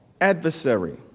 adversary